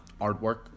artwork